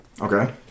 Okay